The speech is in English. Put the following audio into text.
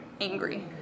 angry